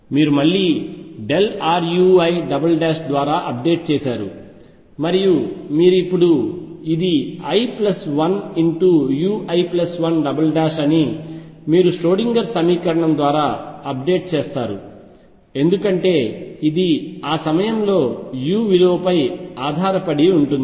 మీరు మళ్లీrui ద్వారా అప్డేట్ చేశారు మరియు మీరు ఇప్పుడు ఇది i 1 ui1 అని మీరు ష్రోడింగర్ సమీకరణం ద్వారా అప్డేట్ చేస్తారు ఎందుకంటే ఇది ఆ సమయంలో u విలువపై ఆధారపడి ఉంటుంది